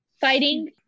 Fighting